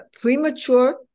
premature